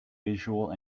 visual